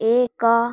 ଏକ